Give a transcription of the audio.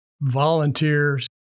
volunteers